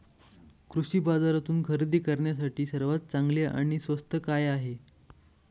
कृषी बाजारातून खरेदी करण्यासाठी सर्वात चांगले आणि स्वस्त काय आहे?